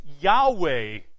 Yahweh